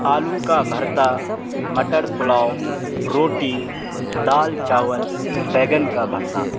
آلو کا بھرتا مٹر پلاؤ روٹی دال چاول بینگن کا بھرتا